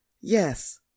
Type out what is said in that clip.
yes